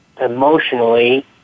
emotionally